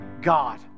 God